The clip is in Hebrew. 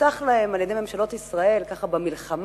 הובטח להם על-ידי ממשלות ישראל ככה במלחמה,